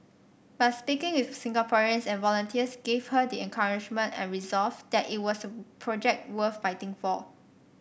but speaking with Singaporeans and volunteers gave her the encouragement and resolve that it was a project worth fighting for